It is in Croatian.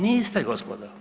Niste gospodo!